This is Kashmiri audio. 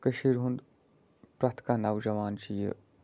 کٔشیٖرِ ہُنٛد پرٛٮ۪تھ کانٛہہ نَوجوان چھِ یہِ